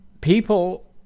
People